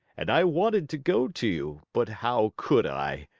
and i wanted to go to you but how could i?